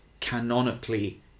canonically